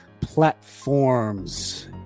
platforms